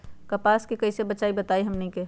कपस से कईसे बचब बताई हमनी के?